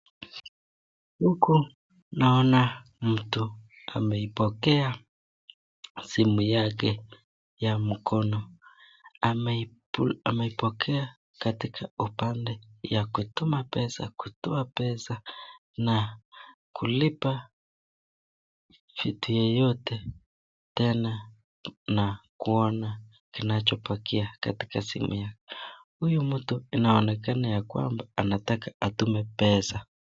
Huku naona mtu ameipokea simu yake ya mkono. Ameipokea katika upande ya kutuma pesa ,kutoa pesa na kulipa kitu yoyote tena na kuona kinacho bakia katika simu yake. Huyu mtu inaonekana ya kwamba anataka atume pesa.